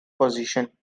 position